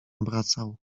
obracał